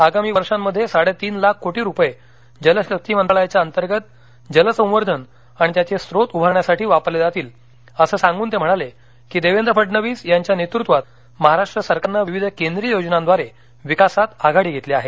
आगामी वर्षामध्ये साडे तीन लाख कोटी रुपये जल शक्ति मंत्रालयाच्या अंतर्गत जल संवर्धन आणि त्याचे स्रोत उभारण्यासाठी वापरले जातील असं सांगून ते म्हणाले की देवेंद्र फडणवीस यांच्या नेतृत्वात महाराष्ट्र सरकारनं विविध केंद्रीय योजनांद्वारे विकासात आघाडी घेतली आहे